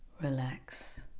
relax